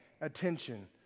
attention